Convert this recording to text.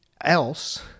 else